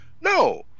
no